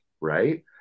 right